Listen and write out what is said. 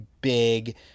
big